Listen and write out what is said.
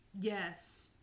Yes